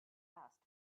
asked